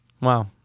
Wow